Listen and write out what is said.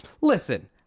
Listen